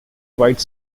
wide